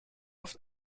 oft